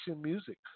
music